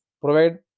provide